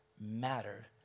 matter